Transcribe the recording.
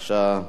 בבקשה.